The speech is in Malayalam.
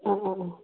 ആ ആ ആ